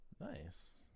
nice